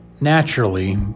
Naturally